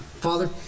Father